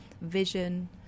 vision